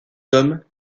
hommes